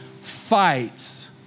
fights